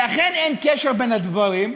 ואכן אין קשר בין הדברים,